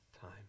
time